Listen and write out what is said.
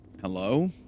Hello